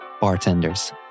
bartenders